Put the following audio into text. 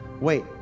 wait